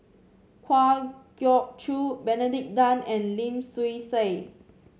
Kwa Geok Choo Benedict Tan and Lim Swee Say